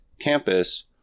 campus